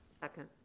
Second